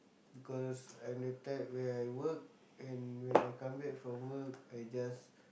because I'm the type where I work and when I come back from work I just